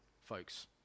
folks